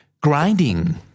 grinding